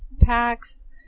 packs